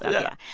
yeah.